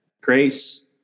grace